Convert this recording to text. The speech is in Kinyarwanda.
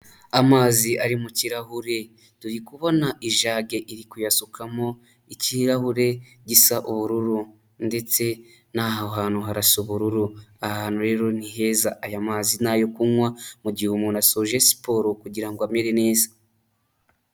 Amazi ari mu kirahure, turi kubona ijage iri kuyasukamo, ikirahure gisa ubururu ndetse n'aho hantu harasa ubururu, aha ahantu rero ni heza, aya mazi ni ayo kunywa mu gihe umuntu asoje siporo kugira ngo amere neza.